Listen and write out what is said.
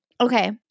Okay